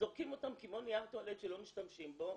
זורקים אותם כמו נייר טואלט שלא משתמשים בו,